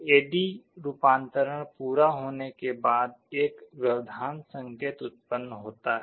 A D रूपांतरण पूरा होने के बाद एक व्यवधान संकेत उत्पन्न होता है